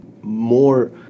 more